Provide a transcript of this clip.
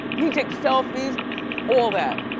he takes selfies all that.